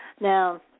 Now